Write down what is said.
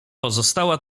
pozostała